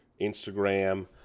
Instagram